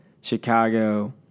Chicago